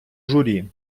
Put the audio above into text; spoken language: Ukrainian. журі